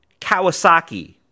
Kawasaki